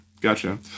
gotcha